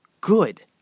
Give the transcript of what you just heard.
good